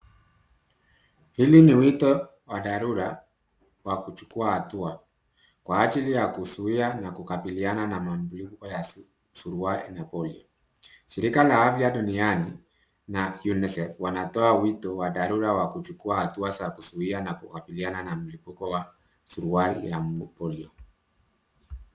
Hili ni wito wa dharura wa kuchukua hatua kwa ajili ya kuzuia na kukabiliana na malipuko ya suruali na polio. Shirika la afya duniani na UNICEF wanatoa wito wa dharura wa kuchukua hatua za kuzuia na kukabiliana na mlipuko wa suruali ya polio.